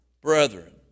brethren